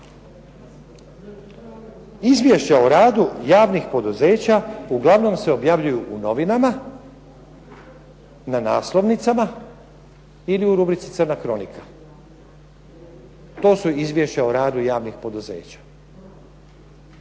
Izvješća o radu javnih poduzeća uglavnom se objavljuju u novinama, na naslovnicama ili u rubrici crna kronika. To su izvješća o radu javnih poduzeća.